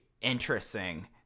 interesting